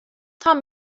tam